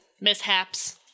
mishaps